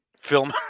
Film